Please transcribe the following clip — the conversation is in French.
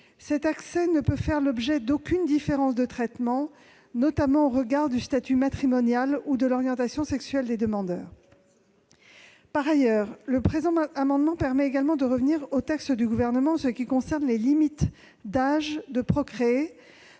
Cet accès ne peut faire l'objet d'aucune différence de traitement, notamment au regard du statut matrimonial ou de l'orientation sexuelle des demandeurs. » L'adoption du présent amendement permettrait également de revenir au texte du Gouvernement pour ce qui concerne les limites d'âge pour